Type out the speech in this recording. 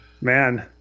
Man